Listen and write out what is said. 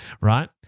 right